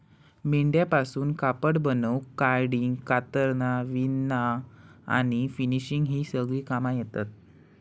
मेंढ्यांपासून कापड बनवूक कार्डिंग, कातरना, विणना आणि फिनिशिंग ही सगळी कामा येतत